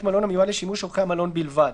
מלון המיועד לשימוש אורחי המלון בלבד,";"